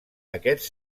aquests